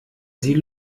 sie